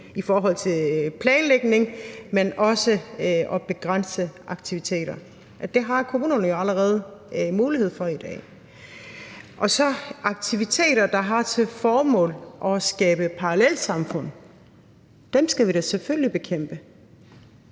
for både planlægning, men også at begrænse aktiviteter. Det har kommunerne jo allerede mulighed for i dag. Og aktiviteter, der har til formål at skabe parallelsamfund, skal vi da selvfølgelig bekæmpe.